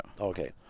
Okay